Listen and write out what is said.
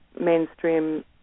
mainstream